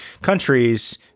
countries